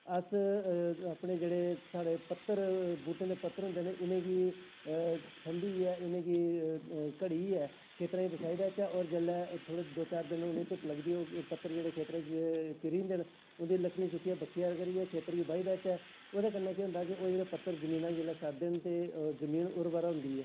अस अपने साढ़े जेह्ड़े पत्तर बूह्टें दे पत्तर होंदे न इनेंगी छिंबियै इनेंगी कढ़ियै खेत्तरें च बछाई लैच्चै और जिसलै थोह्ड़े दो चार दिन जिसलै धुप्प लगदी ओह् पत्तर जेह्के खेत्तरें च घिरी जंदे न लकड़ियें गी चुक्कियै बक्खिया करै खेत्तरें गी बाही लैच्चै ओह्दै कन्नै केह् होंदा पत्तर जिसलै जमीनै च सड़दे न ते जमीन उरबर होंदी ऐ